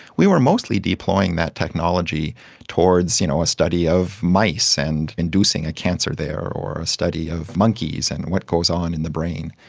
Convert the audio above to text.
we were mostly deploying that technology towards you know a study of mice and inducing a cancer there, or a study of monkeys and what goes on in the brain.